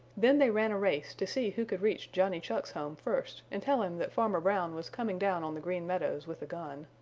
then they ran a race to see who could reach johnny chuck's home first and tell him that farmer brown was coming down on the green meadows with a gun.